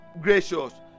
gracious